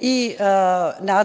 i nadležnost